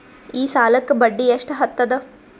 ಈ ಸಾಲಕ್ಕ ಬಡ್ಡಿ ಎಷ್ಟ ಹತ್ತದ?